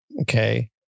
Okay